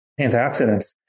antioxidants